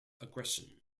aggression